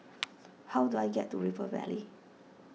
how do I get to River Valley